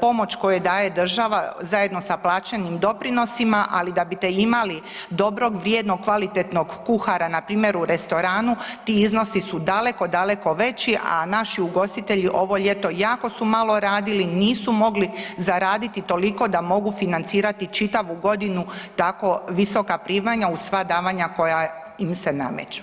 pomoć koje daje država zajedno sa plaćenim doprinosima, ali da bite imali dobrog, vrijednog, kvalitetnog kuhara npr. u restoranu ti iznosi su daleko, daleko veći, a naši ugostitelji ovo ljeto jako su malo radili, nisu mogli zaraditi toliko da mogu financirati čitavu godinu tako visoka primanja uz sva davanja koja im se nameću.